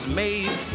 made